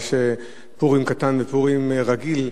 יש פורים קטן ופורים רגיל,